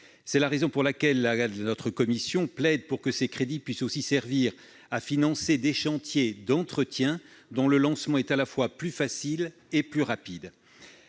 C'est la raison pour laquelle la commission de la culture plaide pour que ces crédits puissent aussi servir à financer des chantiers d'entretien, dont le lancement est à la fois plus facile et rapide.